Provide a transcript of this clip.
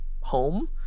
home